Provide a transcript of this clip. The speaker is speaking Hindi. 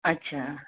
अच्छा